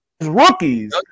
rookies